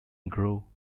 grow